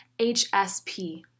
HSP